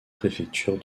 préfecture